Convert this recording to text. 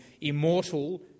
immortal